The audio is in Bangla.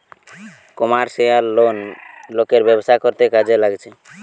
কমার্শিয়াল লোন লোকের ব্যবসা করতে কাজে লাগছে